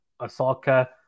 Osaka